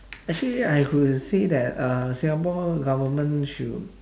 actually I would say that uh singapore government should